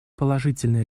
положительные